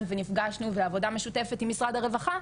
ונפגשנו ועבודה משותפת עם משרד הרווחה,